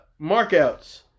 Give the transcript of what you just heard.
Markouts